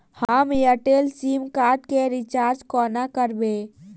हम Airtel SIM card केँ recharge कोना करबै?